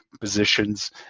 positions